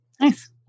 Nice